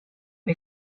või